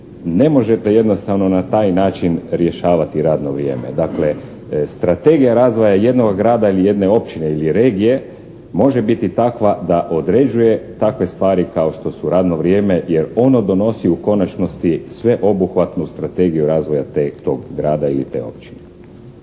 ne možete jednostavno na taj način rješavati radno vrijeme. Dakle, strategija razvoja jednoga grada ili jedne općine, ili regije može biti takva da određuje takve stvari kao što su radno vrijeme jer ono donosi u konačnosti sveobuhvatnu strategiju razvoja tog grada ili te općine.